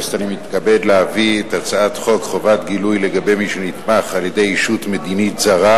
גילוי לגבי מי שנתמך על-ידי ישות מדינית זרה,